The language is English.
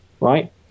right